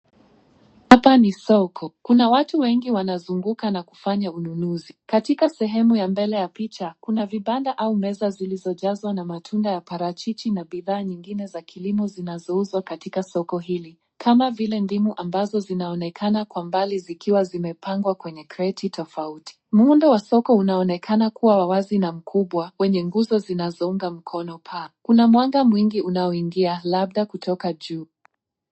Hapa ni soko. Kuna watu wengi wanazunguka na kufanya ununuzi. Katika sehemu ya mbele ya picha, kuna vibanda au meza zilizojazwa na matunda ya parachichi na bidhaa nyingine za kilimo zinazouzwa katika soko hili. Kama vile ndimu ambazo zinaonekana kwa mbali zikiwa zimepangwa kwenye kreti tofauti. Muundo wa soko unaonekana kuwa wa wazi na mkubwa wenye nguzo zinazounga mkono paa. Kuna mwanga mwingi unaoingia, labda kutoka juu.